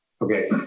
Okay